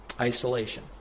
Isolation